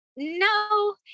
No